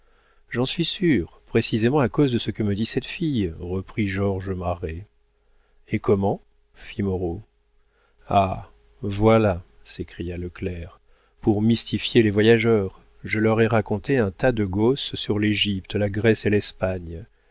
j'en suis sûr précisément à cause de ce que me dit cette fille reprit georges marest et comment fit moreau ah voilà s'écria le clerc pour mystifier les voyageurs je leur ai raconté un tas de gausses sur l'égypte la grèce et l'espagne